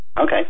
Okay